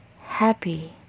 Happy